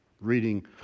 reading